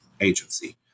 agency